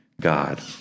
God